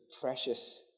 precious